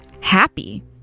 happy